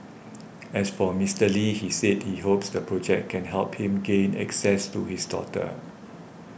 as for Mister Lee he said he hopes the project can help him gain access to his daughter